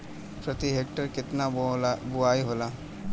प्रति हेक्टेयर केतना बुआई होला?